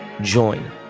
Join